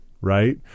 right